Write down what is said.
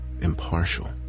impartial